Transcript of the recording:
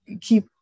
keep